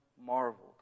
marveled